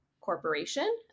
corporation